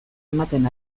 ematen